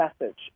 message